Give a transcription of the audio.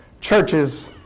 churches